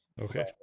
Okay